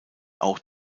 auch